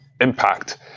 impact